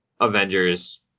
Avengers